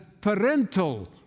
parental